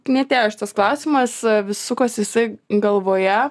knietėjo šitas klausimas vis sukos jisai galvoje